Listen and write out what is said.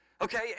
okay